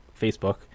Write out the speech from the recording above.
Facebook